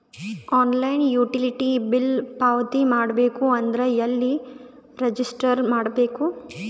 Online utility bill ಪಾವತಿ ಮಾಡಬೇಕು ಅಂದ್ರ ಎಲ್ಲ ರಜಿಸ್ಟರ್ ಮಾಡ್ಬೇಕು?